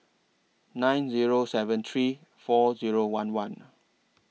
nine Zero seven three four Zero one one